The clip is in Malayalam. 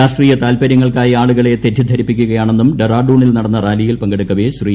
രാഷ്ട്രീയ താൽപ്പര്യങ്ങൾക്കായി ആളുകളെ തെറ്റിദ്ധരിപ്പിക്കുകയാണെന്നും ഡെറാഡൂണിൽ നടന്ന റാലിയിൽ പങ്കെടുക്കവേ ശ്രീ